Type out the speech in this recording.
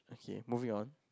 okay moving on